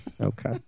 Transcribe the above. Okay